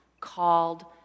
called